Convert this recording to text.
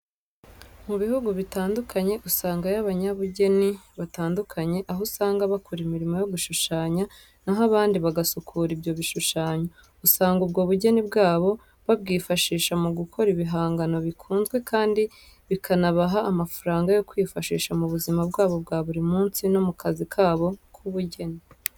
Mu bihugu bitandukanye usangayo abanyabugeni batandukanye, aho usanga bakora imirimo yo gushushanya na ho abandi bagasukura ibyo bishushanyo, usanga ubwo bugeni bwabo babwifashisha mu gukora ibihangano bikunzwe kandi bikanabaha amafaranga yo kwifashisha mu buzima bwabo bwa buri munsi no mu kazi kabo k'ubujyeni.